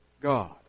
God